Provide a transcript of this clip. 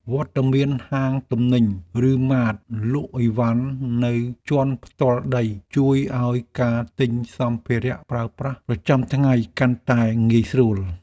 វត្តមានហាងទំនិញ ឬម៉ាតលក់អីវ៉ាន់នៅជាន់ផ្ទាល់ដីជួយឱ្យការទិញសម្ភារប្រើប្រាស់ប្រចាំថ្ងៃកាន់តែងាយស្រួល។